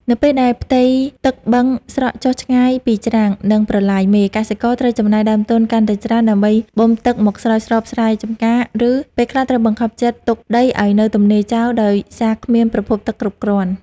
នៅពេលដែលផ្ទៃទឹកបឹងស្រកចុះឆ្ងាយពីច្រាំង និងប្រឡាយមេ កសិករត្រូវចំណាយដើមទុនកាន់តែច្រើនដើម្បីបូមទឹកមកស្រោចស្រពស្រែចម្ការ ឬពេលខ្លះត្រូវបង្ខំចិត្តទុកដីឱ្យនៅទំនេរចោលដោយសារគ្មានប្រភពទឹកគ្រប់គ្រាន់។